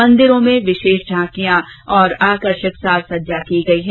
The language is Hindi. मंदिरों में विशेष झांकियां और आकर्षक सजावट की गयी है